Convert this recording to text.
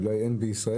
אולי אין בישראל,